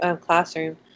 classroom